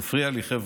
מפריע לי, חבר'ה.